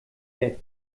der